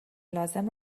لازم